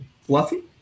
Fluffy